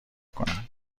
کنند